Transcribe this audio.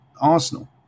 Arsenal